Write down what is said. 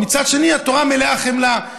ומצד שני, התורה מלאה חמלה.